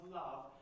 love